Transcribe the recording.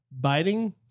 Biting